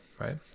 right